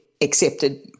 accepted